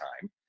time